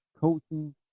coaching